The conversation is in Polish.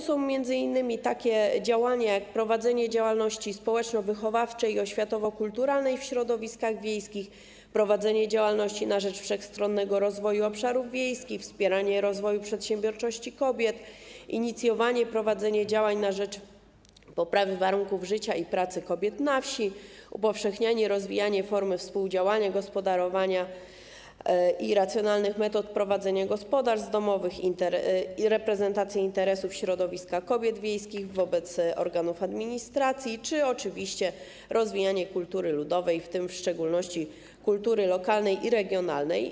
Są to m.in. takie działania, jak prowadzenie działalności społeczno-wychowawczej i oświatowo-kulturalnej w środowiskach wiejskich, prowadzenie działalności na rzecz wszechstronnego rozwoju obszarów wiejskich, wspieranie rozwoju przedsiębiorczości kobiet, inicjowanie i prowadzenie działań na rzecz poprawy warunków życia i pracy kobiet na wsi, upowszechnianie i rozwijanie form współdziałania, gospodarowania i racjonalnych metod prowadzenia gospodarstw domowych oraz reprezentacji interesów środowiska kobiet wiejskich wobec organów administracji czy oczywiście rozwijanie kultury ludowej, w tym w szczególności kultury lokalnej i regionalnej.